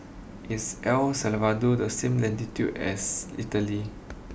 is El Salvador the same latitude as Italy